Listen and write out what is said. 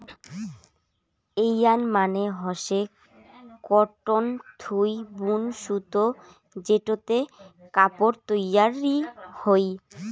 yarn মানে হসে cotton থুই বুন সুতো যেটোতে কাপড় তৈরী হই